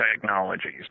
technologies